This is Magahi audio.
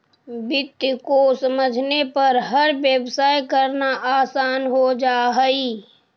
वित्त को समझने पर हर व्यवसाय करना आसान हो जा हई